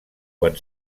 quan